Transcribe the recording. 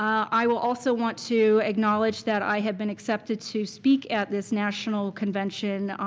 i will also want to acknowledge that i have been accepted to speak at this national convention,